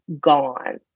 gone